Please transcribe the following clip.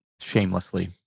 Shamelessly